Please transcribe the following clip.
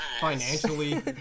Financially